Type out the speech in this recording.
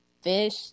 fish